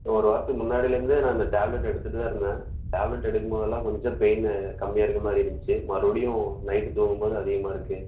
ஒரு வாரத்துக் முன்னாடிலந்தே நான் டேப்லெட் எடுத்துகிட்டு தான் இருந்தேன் டேப்லெட் எடுக்கமோதெல்லாம் கொஞ்சம் பெய்ன்னு கம்மியாக இருக்க மாதிரி இருந்துச்சு மறுபடியும் நைட்டு தூங்கும்போது அதிகமாக இருக்கு